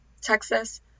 Texas